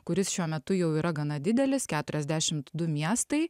kuris šiuo metu jau yra gana didelis keturiasdešimt du miestai